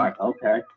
Okay